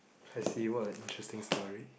I see what a interesting story